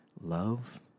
love